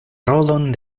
rolon